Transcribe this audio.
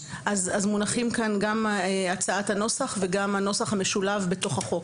מונחים כאן גם הצעת הנוסח וגם הנוסח המשולב בתוך החוק.